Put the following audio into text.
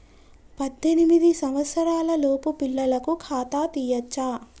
పద్దెనిమిది సంవత్సరాలలోపు పిల్లలకు ఖాతా తీయచ్చా?